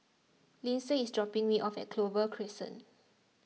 Linsey is dropping me off at Clover Crescent